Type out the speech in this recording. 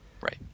right